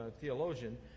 theologian